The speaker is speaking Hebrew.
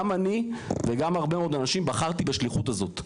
גם אני וגם הרבה מאוד אנשים בחרתי בשליחות הזאת.